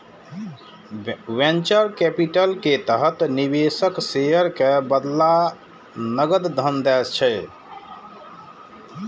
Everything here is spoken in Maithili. वेंचर कैपिटल के तहत निवेशक शेयर के बदला नकद धन दै छै